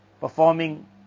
Performing